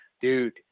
dude